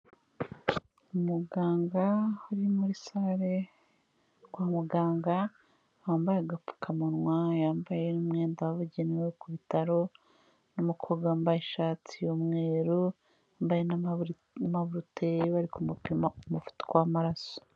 Umuganga uri muri sale kwa muganga, wambaye agapfukamunwa, yambaye n'umwenda wabugenewe wo ku bitaro n'umukobwa wambaye ishati y'umweru, wambaye n'amaburuteri, bari kumupima umuvuduko w'amaraso.